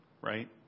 right